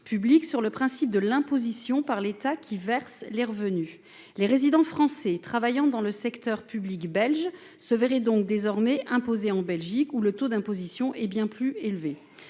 repose sur le principe de l'imposition par l'État qui verse les revenus. Dès lors, les résidents français travaillant dans le secteur public belge seraient désormais imposés en Belgique, où le taux appliqué est bien plus élevé.